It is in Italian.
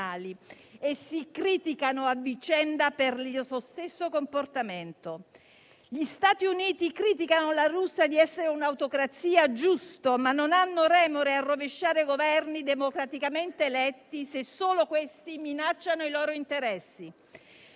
e si criticano a vicenda per lo stesso comportamento. Gli Stati Uniti criticano giustamente la Russia di essere un'autocrazia, ma non hanno remore a rovesciare Governi democraticamente eletti se solo questi minacciano i loro interessi.